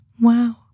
wow